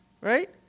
Right